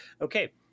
okay